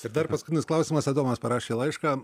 ir dar paskutinis klausimas adomas parašė laišką